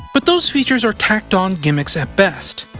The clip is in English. but those features are tacked on gimmicks at best.